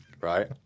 right